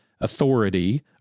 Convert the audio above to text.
authority